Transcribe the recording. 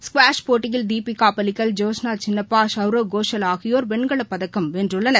squash போட்டியில் தீபிகா பலிகல் ஜோஸ்னா சின்னப்பா சௌரவ் கோஷல் ஆகியோர் வெண்கலப் பதக்கம் வென்றுள்ளனர்